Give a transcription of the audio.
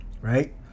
Right